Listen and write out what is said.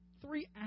Three